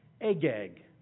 Agag